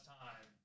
time